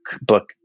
book